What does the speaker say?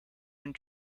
and